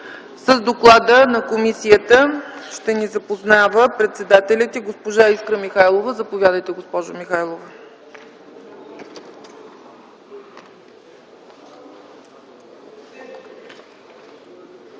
С доклада на комисията ще ни запознава председателят й госпожа Искра Михайлова - Копарова. Заповядайте, госпожо Михайлова.